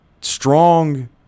strong